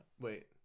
Wait